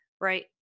right